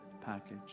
package